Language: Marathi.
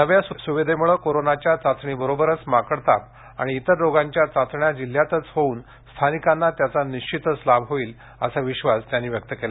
नव्या स्विधेम्ळे कोरोनाच्या चाचणीबरोबरच माकडताप आणि इतर रोगांच्या चाचण्या जिल्ह्यातच होऊन स्थानिकांना त्याचा निश्चितच लाभ होईल असा विश्वास त्यांनी व्यक्त केला